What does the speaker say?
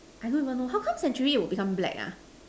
I also don't know how come century will become black ah